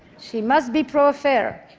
she must be pro-affair.